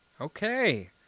Okay